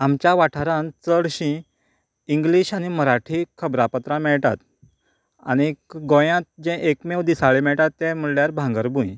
आमच्या वाठारांत चडशीं इंग्लीश आनी मराठी खबरापत्रां मेळटात आनीक गोयांत जे एकमेव दिसाळें मेळटा तें म्हणल्यार भांगरभूंय